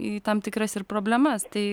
į tam tikras ir problemas tai